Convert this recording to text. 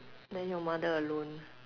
then your mother alone